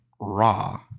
raw